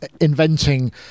inventing